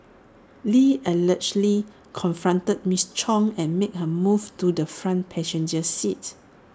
lee allegedly confronted miss chung and made her move to the front passenger seat